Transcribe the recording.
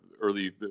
Early